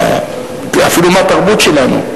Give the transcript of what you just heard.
אפילו מהתרבות שלנו.